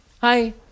Hi